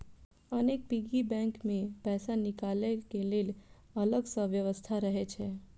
अनेक piggy bank मे पैसा निकालै के लेल अलग सं व्यवस्था रहै छै